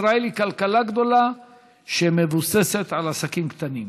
ישראל היא כלכלה גדולה שמבוססת על עסקים קטנים.